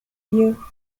you